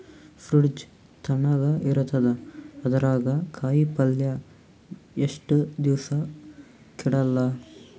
Fridge ತಣಗ ಇರತದ, ಅದರಾಗ ಕಾಯಿಪಲ್ಯ ಎಷ್ಟ ದಿವ್ಸ ಕೆಡಲ್ಲ?